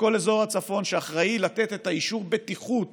בכל אזור הצפון שאחראי לתת אישור בטיחות